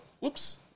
whoops